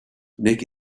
nick